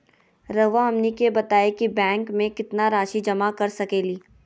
रहुआ हमनी के बताएं कि बैंक में कितना रासि जमा कर सके ली?